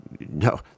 no